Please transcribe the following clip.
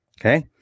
Okay